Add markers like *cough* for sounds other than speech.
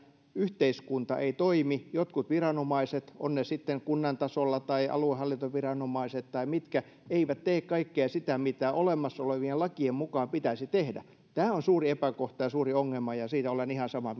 ei yhteiskunta toimi jotkut viranomaiset ovat ne sitten kunnan tasolla tai aluehallintoviranomaiset tai mitkä eivät tee kaikkea sitä mitä olemassa olevien lakien mukaan pitäisi tehdä tämä on suuri epäkohta ja suuri ongelma ja siitä olen ihan samaa *unintelligible*